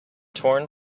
torn